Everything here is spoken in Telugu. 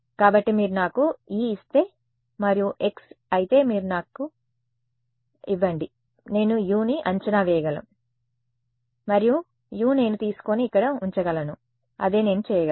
కాబట్టి మీరు నాకు e ఇస్తే మరియు X అయితే మీరు నాకు ఇవ్వండి నేను U ని అంచనా వేయగలం మరియు U నేను తీసుకొని ఇక్కడ ఉంచగలను అదే నేను చేయగలను